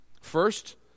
First